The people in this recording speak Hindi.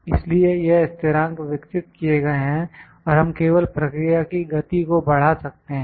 इसलिए यह स्थिरांक विकसित किए गए हैं और हम केवल प्रक्रिया की गति को बढ़ा सकते हैं